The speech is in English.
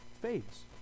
fades